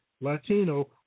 Latino